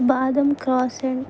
బాదం క్రాసెంట్